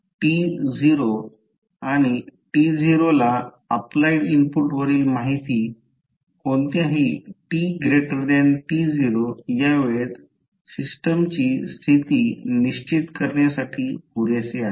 t0 आणि t0 ला applied input वरील माहिती कोणत्याही t t0 या वेळेत सिस्टमची स्थिती निश्चित करण्यासाठी पुरेसे आहेत